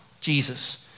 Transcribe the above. Jesus